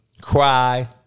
Cry